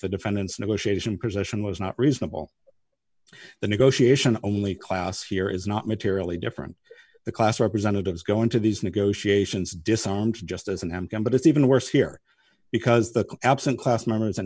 the defendants negotiation position was not reasonable the negotiation only class here is not materially different the class representatives go into these negotiations disarmed just as an m p but it's even worse here because the absent class members